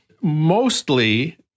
Mostly